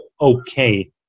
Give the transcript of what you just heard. okay